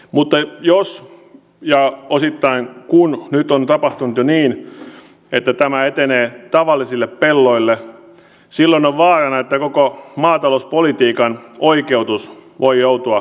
mutta jos ja osittain kun nyt on tapahtunut niin että tämä etenee tavallisille pelloille silloin on vaarana että koko maatalouspolitiikan oikeutus voi joutua